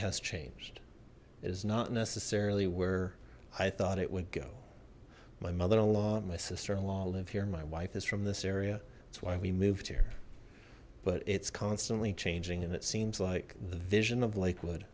has changed it is not necessarily where i thought it would go my mother in law my sister in law lived here my wife is from this area that's why we moved here but it's constantly changing and it seems like the vision of lakewood